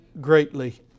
greatly